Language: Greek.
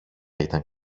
ήταν